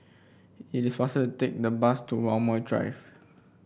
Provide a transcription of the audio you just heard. it is faster take the bus to Walmer Drive